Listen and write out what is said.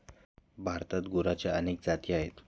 भारतात गुरांच्या अनेक जाती आहेत